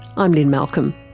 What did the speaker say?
i'm lynne malcolm.